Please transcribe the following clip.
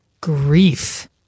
grief